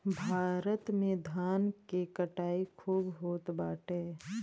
भारत में धान के कटाई खूब होत बाटे